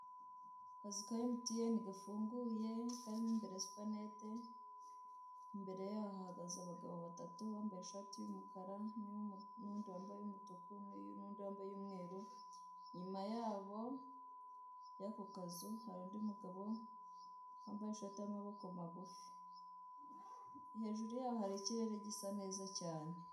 Akazu ka Emutiyeni gafunguye, karimo imbere supanete. Imbere yaho hahagaze abagabo batatu: uwambaye ishati y'umukara, n 'uwundi wambaye iy'umutuku n'undi wambaye iy'umweru. Inyuma yabo, y'ako kazu; hari undi mugabo wambaye ishati y'amaboko magufi. Hejuru yaho hari ikrere gisa neza cyane.